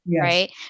right